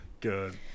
Good